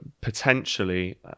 potentially